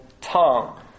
tongue